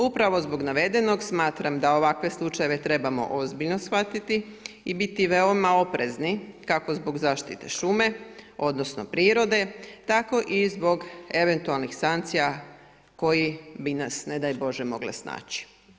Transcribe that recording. Upravo zbog navedenog smatram da ovakve slučajeve trebamo ozbiljno shvatiti i biti veoma oprezni kako zbog zaštite šume, odnosno prirode, tako i zbog eventualnih sankcija koje bi nas ne daj Bože mogle snaći.